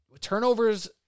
turnovers